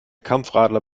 kampfradler